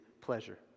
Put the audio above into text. pleasure